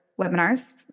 webinars